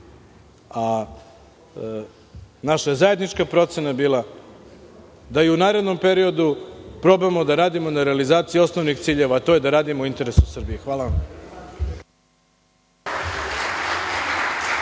Naša je zajednička procena bila da u narednom periodu probamo da radimo na realizaciji osnovnih ciljeva, a to je da radimo u interesu Srbije. Hvala vam.